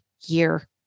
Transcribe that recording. year